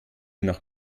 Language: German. nach